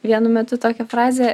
vienu metu tokią frazę